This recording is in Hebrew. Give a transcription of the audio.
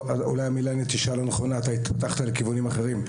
אולי המילה "נטישה" לא נכונה כי התפתחת לכיוונים אחרים.